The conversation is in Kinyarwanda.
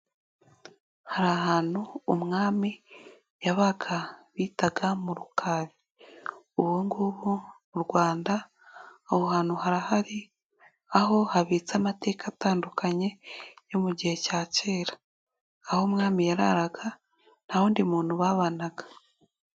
Hari ahantu umwami yabaga bitaga mu Rukari. Ubu ngubu mu Rwanda aho hantu harahari. Aho habitse amateka atandukanye yo mu gihe cya kera. Aho umwami yararaga nta wundi muntu babanaga.